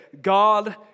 God